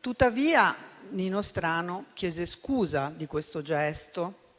Tuttavia, Nino Strano chiese scusa di questo gesto